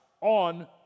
on